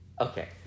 Okay